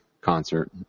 concert